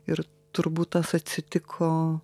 ir turbūt tas atsitiko